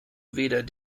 weder